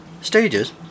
stages